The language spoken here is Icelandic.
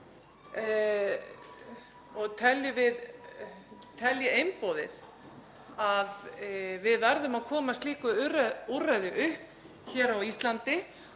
Ég tel einboðið að við verðum að koma slíku úrræði upp hér á Íslandi